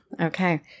Okay